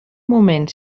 moment